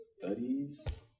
Studies